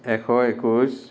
এশ একৈশ